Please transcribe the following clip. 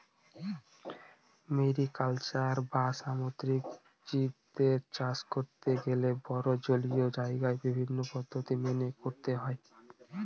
mariculture বা সামুদ্রিক জীবদের চাষ করতে গেলে বড়ো জলীয় জায়গায় বিভিন্ন পদ্ধতি মেনে করতে হয়